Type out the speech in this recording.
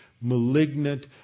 malignant